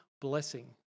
blessing